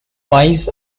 wise